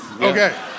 Okay